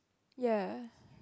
ya